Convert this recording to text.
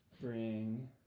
bring